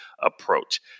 approach